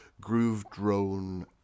groove-drone